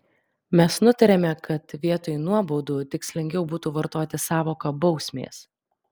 mes nutarėme kad vietoj nuobaudų tikslingiau būtų vartoti sąvoką bausmės